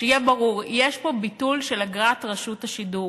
שיהיה ברור: יש פה ביטול של אגרת רשות השידור.